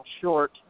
short